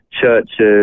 churches